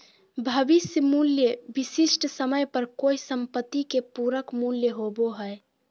भविष्य मूल्य विशिष्ट समय पर कोय सम्पत्ति के पूरक मूल्य होबो हय